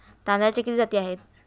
तांदळाच्या किती जाती आहेत?